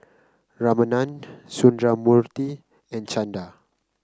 Ramanand Sundramoorthy and Chanda